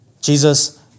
Jesus